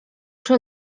czy